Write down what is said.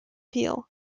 feel